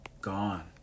gone